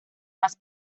más